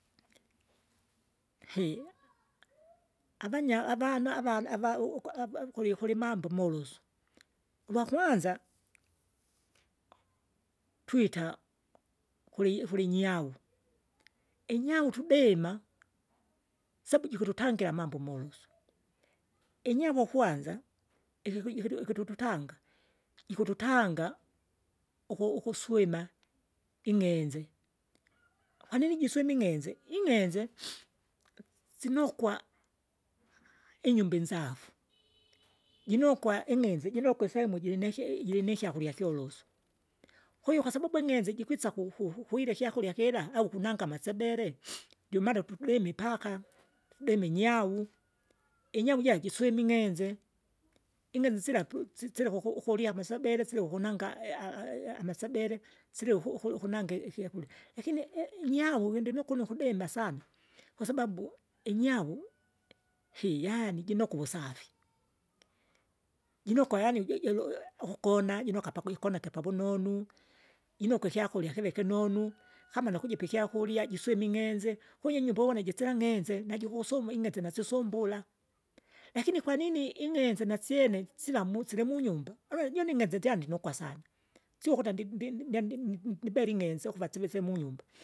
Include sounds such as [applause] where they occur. [hesitation] avanya avana- avana- ava- uku- ava kuli kuli mambo molosu, uvakwanza, twita, kuli- kulinyau, inyau tudima, sabu jikututangira amambo molosu. Inyavu kwanza ikikuji ikuti ikuti ututanga, ikututanga, uku- ukuswima, ing'enze, kwanini jiswime ing'enze, ing'enze, [noise] sinokwa, inyumba inzafu, jinokwa ing'enze jinokwe isemu jiriniki jirinikyakurya kyolosu. Kwahiyo kwasababu ing'enze jikwisa ku- kukwirya ikyakurya kira au kunanga amasebele, [noise] jumada tudwimi ipaka, tudime inyau. Inyau jira jiswime in'genze, ing'enze sira pu- sisi- sileke uku- ukulyamo isebele sila ukunanga [unintelligible] amasebele, sileke uku- uku- ukunanga ikyakurya, lakini i- inyau windinukuno ukudima sana. Kwasababu inyau yaani jinokwa uvusafi, jinokwa yaani jijilu- ukukona, jinuka pakwikona kipavunonu. Jinokwa ikyakurya kira ikinonu kama nukujipa ikyakurya, jiswime ing'enze, kujinyumba uvone jise ng'enze, najikukusuma ing'enze nasisumbula. Lakini kwanini ing'enze nasyene silamu- silimunyumba? [unintelligible] ing'enze jandinokwa sana, sio ukuta ndi- ndi- ndyandi ni- ni- nibele ing'enze ukuva sivefu munyumba.